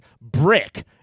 brick